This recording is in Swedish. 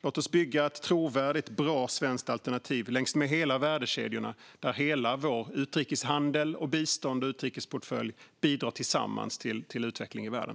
Låt oss bygga ett trovärdigt och bra svenskt alternativ längs med hela värdekedjorna, där hela vår utrikeshandel och bistånds och utrikesportfölj bidrar tillsammans till utveckling i världen!